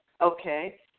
okay